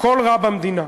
הכול רע במדינה.